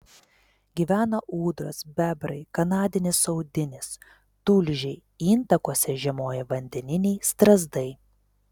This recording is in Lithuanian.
gyvena ūdros bebrai kanadinės audinės tulžiai intakuose žiemoja vandeniniai strazdai